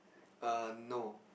err no